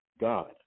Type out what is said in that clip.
God